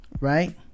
right